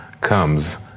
comes